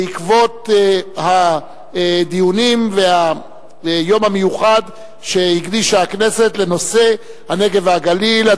בעקבות הדיונים והיום המיוחד שהקדישה הכנסת לנושא הנגב והגליל.